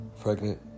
pregnant